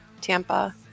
tampa